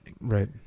right